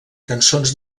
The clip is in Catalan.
cançons